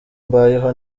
mbayeho